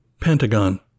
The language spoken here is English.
Pentagon